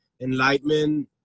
enlightenment